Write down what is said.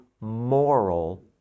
moral